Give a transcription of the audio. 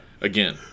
again